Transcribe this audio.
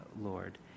Lord